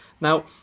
Now